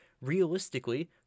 Realistically